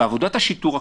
בעבודת השיטור הקלסית.